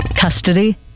Custody